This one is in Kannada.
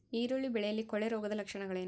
ಈರುಳ್ಳಿ ಬೆಳೆಯಲ್ಲಿ ಕೊಳೆರೋಗದ ಲಕ್ಷಣಗಳೇನು?